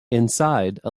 inside